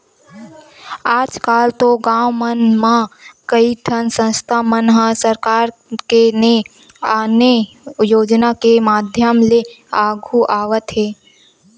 आजकल तो गाँव मन म कइठन संस्था मन ह सरकार के ने आने योजना के माधियम ले आघु आवत हे